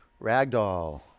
Ragdoll